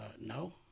no